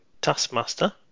Taskmaster